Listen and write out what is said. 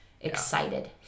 excited